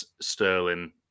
Sterling